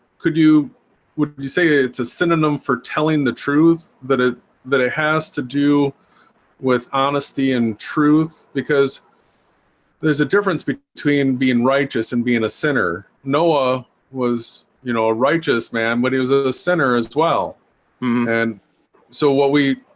could you would you say it's a synonym for telling the truth, but it that it has to do with honesty and truth because there's a difference between being righteous and being a sinner. noah was, you know a righteous man when he was a a sinner as well and so what we